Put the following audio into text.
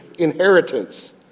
inheritance